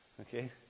okay